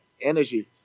energy